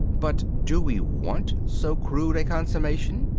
but do we want so crude a consummation?